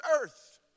earth